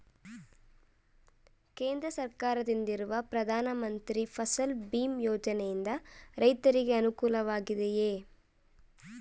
ಕೇಂದ್ರ ಸರ್ಕಾರದಿಂದಿರುವ ಪ್ರಧಾನ ಮಂತ್ರಿ ಫಸಲ್ ಭೀಮ್ ಯೋಜನೆಯಿಂದ ರೈತರಿಗೆ ಅನುಕೂಲವಾಗಿದೆಯೇ?